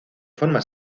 forma